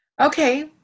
Okay